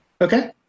Okay